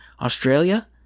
Australia